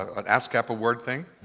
an ascap award thing,